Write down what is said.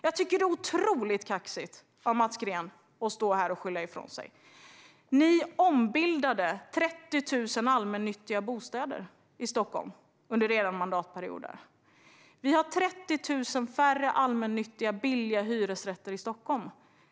Jag tycker att det är otroligt kaxigt av Mats Green att stå här och skylla ifrån sig. Ni ombildade 30 000 allmännyttiga bostäder i Stockholm under era mandatperioder. Vi har 30 000 färre allmännyttiga billiga hyresrätter i Stockholm.